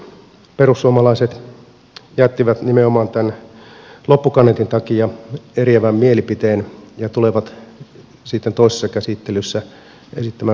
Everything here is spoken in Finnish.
perussuomalaiset jättivät nimenomaan tämän loppukaneetin takia eriävän mielipiteen ja tulevat sitten toisessa käsittelyssä esittämään myöskin tämän pankkiveron hylkäystä